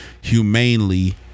humanely